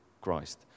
Christ